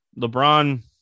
LeBron